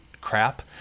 crap